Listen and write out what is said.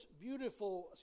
beautiful